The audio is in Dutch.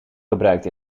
gebruikt